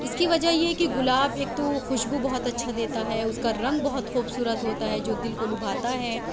اس کی وجہ یہ ہے کہ گلاب ایک تو خوشبو بہت اچھا دیتا ہے اس کا رنگ بہت خوبصورت ہوتا ہے جو دل کو لبھاتا ہے